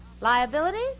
Liabilities